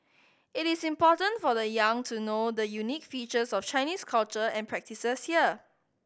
it is important for the young to know the unique features of Chinese culture and the practices here